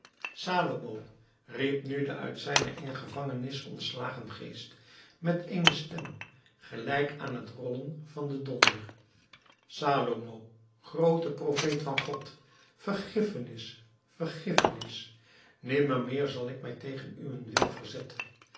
salomo riep nu de uit zijne enge gevangenis ontslagen geest met eene stem gelijk aan het rollen van den donder salomo groote profeet van god vergiffenis vergiffenis nimmer meer zal ik mij tegen uwen wil verzetten